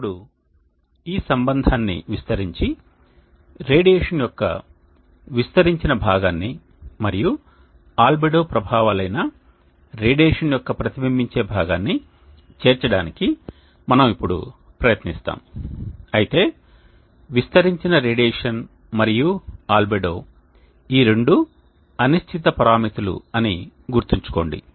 ఇప్పుడు ఈ సంబంధాన్ని విస్తరించి రేడియేషన్ యొక్క విస్తరించిన భాగాన్ని మరియు ఆల్బెడో ప్రభావాలైన రేడియేషన్ యొక్క ప్రతిబింబించే భాగాన్ని చేర్చడానికి మనము ఇప్పుడు ప్రయత్నిస్తాము అయితే విస్తరించిన రేడియేషన్ మరియు ఆల్బెడో ఈ రెండూ అనిశ్చిత పరామితులు అని గుర్తుంచుకోండి